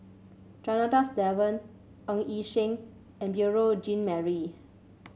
Janadas Devan Ng Yi Sheng and Beurel Jean Marie